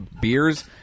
beers